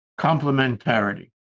complementarity